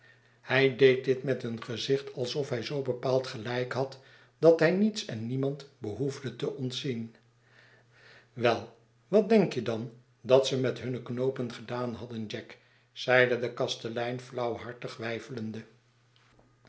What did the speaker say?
hij deed dit met een gezicht alsof hij zoo bepaald gelijk had dat hij niets en niemand behoefde te ontzien wei wat denk je dan dat ze met hunne knoopen gedaan hadden jack zeide de kastelein